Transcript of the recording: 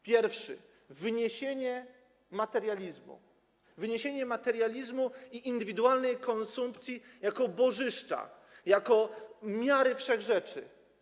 Pierwszy to wyniesienie materializmu, wyniesienie materializmu i indywidualnej konsumpcji jako bożyszcza, jako miary wszechrzeczy.